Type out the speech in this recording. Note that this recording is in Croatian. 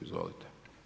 Izvolite.